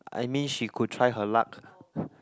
I mean she could try her luck